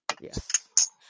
Yes